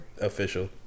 official